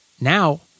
now